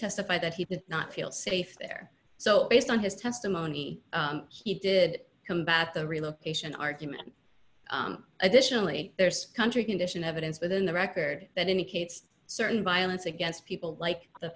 testified that he did not feel safe there so based on his testimony he did combat the relocation argument additionally there's country condition evidence within the record that indicates certain violence against people like the